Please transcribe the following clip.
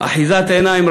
אחיזת עיניים.